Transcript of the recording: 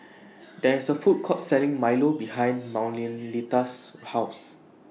There IS A Food Court Selling Milo behind Manuelita's House